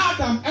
Adam